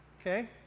Okay